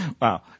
Wow